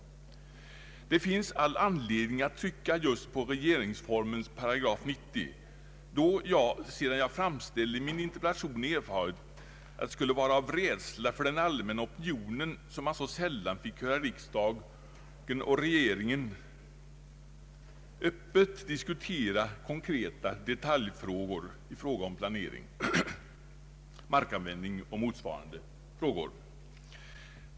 Det finns all anledning att trycka just på 90 § regeringsformen, då jag sedan jag framställde min interpellation har erfarit, att det skulle vara av rädsla för den allmänna opinionen som man så sällan fick höra riksdagen och regeringen öppet diskutera konkreta detaljfrågor rörande planering, markanvändning och motsvarande saker.